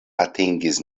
atingis